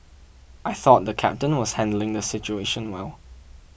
I thought the captain was handling the situation well